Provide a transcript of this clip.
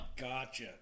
Gotcha